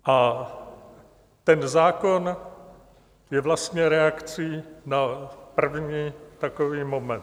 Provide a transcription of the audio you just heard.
A ten zákon je vlastně reakcí na první takový moment.